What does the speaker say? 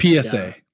PSA